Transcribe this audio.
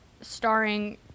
starring –